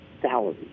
salary